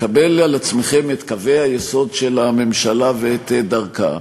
לקבל על עצמכם את קווי היסוד של הממשלה ואת דרכה,